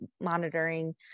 monitoring